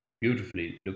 beautifully